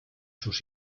sus